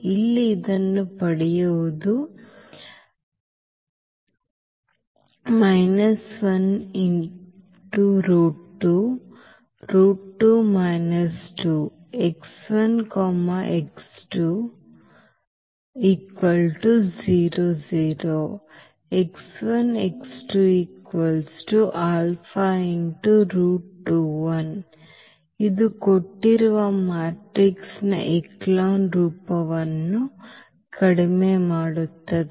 ಇಲ್ಲಿ ಇದನ್ನು ಪಡೆಯುವುದು ಇದು ಕೊಟ್ಟಿರುವ ಮ್ಯಾಟ್ರಿಕ್ಸ್ನ ಎಚೆಲಾನ್ ರೂಪವನ್ನು ಕಡಿಮೆ ಮಾಡುತ್ತದೆ